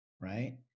right